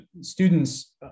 students